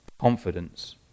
confidence